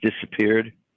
disappeared